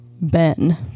ben